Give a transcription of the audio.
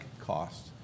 cost